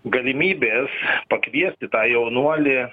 galimybės pakviesti tą jaunuolį